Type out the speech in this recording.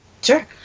Sure